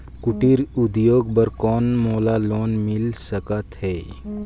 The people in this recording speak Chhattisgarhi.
कुटीर उद्योग बर कौन मोला लोन मिल सकत हे?